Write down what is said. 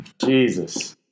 Jesus